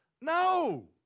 no